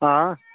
آ